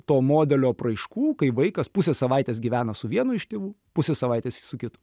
to modelio apraiškų kai vaikas pusę savaitės gyvena su vienu iš tėvų pusę savaitės su kitu